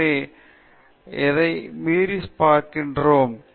எனவே நாம் எதை மீறி இருக்கிறோம்